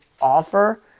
offer